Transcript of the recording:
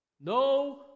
No